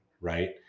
Right